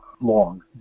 long